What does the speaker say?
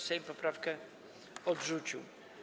Sejm poprawkę odrzucił.